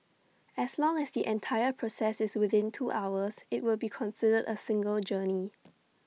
as long as the entire process is within two hours IT will be considered A single journey